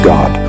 God